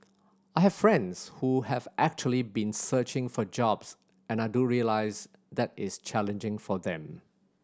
I have friends who have actually been searching for jobs and I do realise that is challenging for them